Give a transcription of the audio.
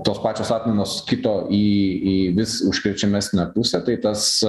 tos pačios atmainos kito į į vis užkrečiamesnę pusę tai tas